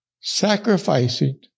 sacrificing